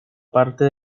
parte